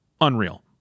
unreal